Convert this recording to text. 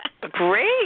Great